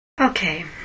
Okay